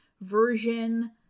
version